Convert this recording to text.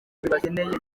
bibakeneye